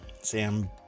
Sam